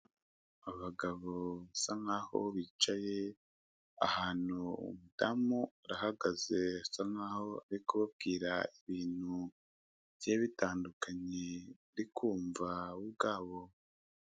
Abagabo basa nk'aho bicaye ahantu umudamu arahagaze asa naho ari kubabwira ibintu byari bitandukanye bari kumva bo ubwabo.